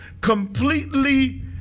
completely